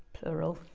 plural.